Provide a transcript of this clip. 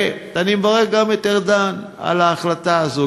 ואני מברך גם את ארדן על ההחלטה הזאת,